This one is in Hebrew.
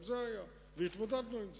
גם זה היה, והתמודדנו עם זה.